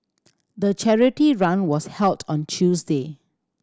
the charity run was held on Tuesday